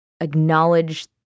acknowledge